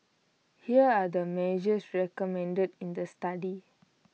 here are the measures recommended in the study